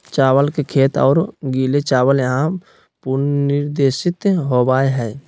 चावल के खेत और गीले चावल यहां पुनर्निर्देशित होबैय हइ